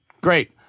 Great